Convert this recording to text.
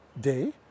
Day